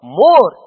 more